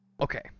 Okay